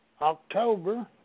October